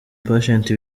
patient